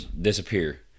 disappear